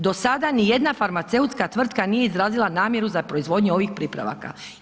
Do sada nijedna farmaceutska tvrtka nije izrazila namjeru za proizvodnju ovih pripravaka.